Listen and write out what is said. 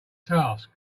task